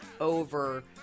over